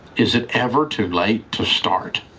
is it ever too late to start?